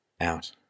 out